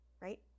right